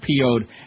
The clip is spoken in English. po'd